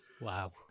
Wow